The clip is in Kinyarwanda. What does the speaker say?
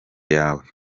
yawe